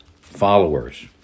followers